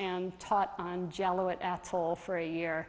and taught on jello at atl for a year